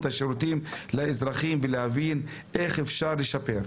השירותים לאזרחים וכדי להבין איך אפשר לשפר.